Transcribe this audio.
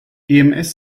ems